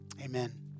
Amen